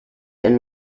and